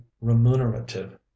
remunerative